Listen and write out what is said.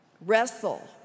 wrestle